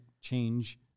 change